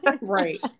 Right